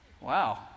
Wow